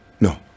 no